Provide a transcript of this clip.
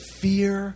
fear